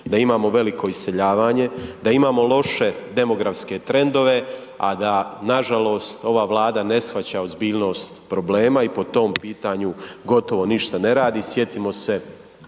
da imamo veliko iseljavanje, da imamo loše demografske trendove, a nažalost ova Vlada ne shvaća ozbiljnost problema i po tom pitanju gotovo ništa ne radi. Sjetimo se